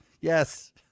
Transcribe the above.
Yes